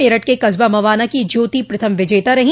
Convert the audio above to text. मेरठ के कस्बा मवाना की ज्योति प्रथम विजेता रही